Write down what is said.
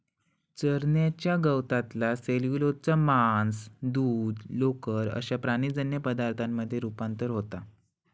चरण्याच्या गवतातला सेल्युलोजचा मांस, दूध, लोकर अश्या प्राणीजन्य पदार्थांमध्ये रुपांतर होता